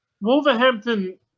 Wolverhampton